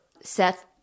Seth